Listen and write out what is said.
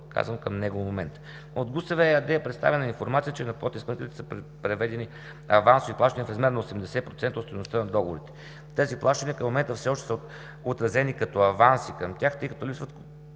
към него момент. От ГУСВ – ЕАД, е представена информация, че на подизпълнителите са преведени авансови плащания в размер на 80% от стойността на договорите. Тези плащания, към момента, все още са отразени като „аванси“ към тях, тъй като липсват